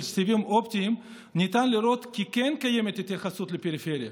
הסיבים האופטיים ניתן לראות כי קיימת התייחסות לפריפריה